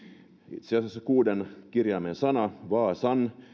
itse asiassa kuuden kirjaimen sana vaasan